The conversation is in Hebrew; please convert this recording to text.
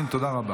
תסתכל במראה.